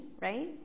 right